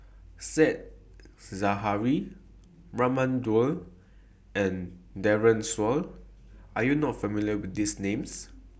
Said Zahari Raman Daud and Daren Shiau Are YOU not familiar with These Names